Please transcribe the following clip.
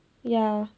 ya